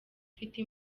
ufite